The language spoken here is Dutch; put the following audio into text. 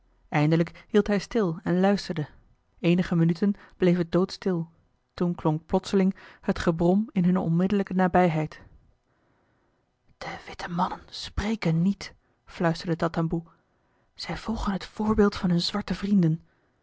eindelijk hield hij stil en luisterde eenige minuten bleef het doodstil toen klonk plotseling het gebrom in hunne onmiddellijke nabijheid de witte mannen spreken niet fluisterde tatamboe zij volgen het voorbeeld van hunne zwarte vrienden